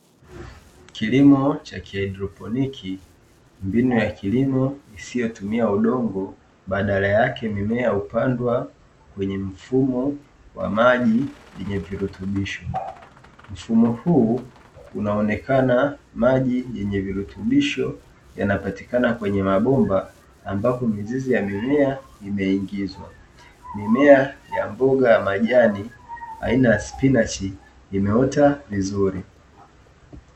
Kilimo cha haidroponi mbinu ya kilimo isiyotumia udongo badala yake mimea hupandwa kwenye mfumo wa maji yenye virutubisho; mfumo huu unaonekana maji yenye virutubisho yanapatikana kwenye mabomba ambapo mizizi ya mimea imeingizwa, mimea ya mboga ya majani aina ya spinachi imeota vizuri.